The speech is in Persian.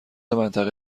منطقه